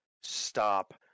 Stop